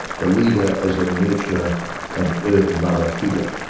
the leader as a nurturer and earth-mother figure.